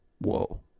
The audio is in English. Whoa